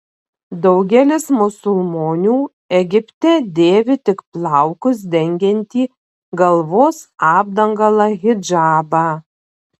daugelis musulmonių egipte dėvi tik plaukus dengiantį galvos apdangalą hidžabą